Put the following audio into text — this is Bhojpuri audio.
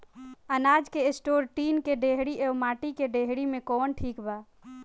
अनाज के स्टोर टीन के डेहरी व माटी के डेहरी मे कवन ठीक बा?